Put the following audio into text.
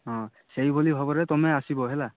ହଁ ସେହି ଭଳି ଭାବରେ ତମେ ଆସିବ ହେଲା